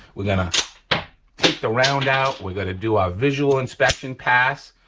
we're gonna take the round out, we're gonna do our visual inspection pass,